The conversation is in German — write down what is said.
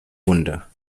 wunde